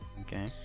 Okay